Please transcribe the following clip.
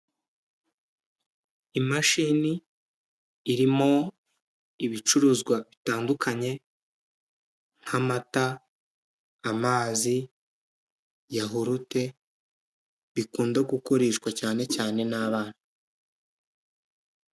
Imashini irimo ibicuruzwa bitandukanye nk'amata, amazi, yahurute bikunda gukoreshwa cyane cyane n'abana.